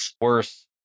worse